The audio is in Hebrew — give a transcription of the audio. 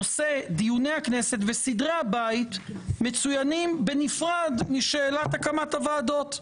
נושא דיוני הכנסת וסדרי הבית מצוינים בנפרד משאלת הקמת הוועדות.